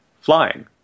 flying